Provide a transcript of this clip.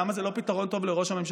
למה זה לא פתרון טוב לראש הממשלה?